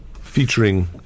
featuring